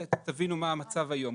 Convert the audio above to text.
שתבינו מה המצב היום.